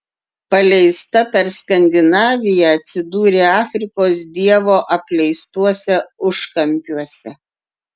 paleista per skandinaviją atsidūrė afrikos dievo apleistuose užkampiuose